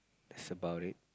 that's about it